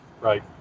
Right